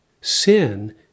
Sin